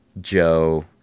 Joe